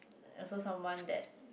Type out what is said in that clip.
also someone that